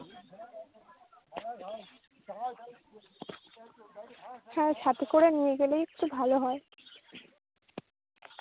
হ্যাঁ সাথে করে নিয়ে গেলেই একটু ভালো হয়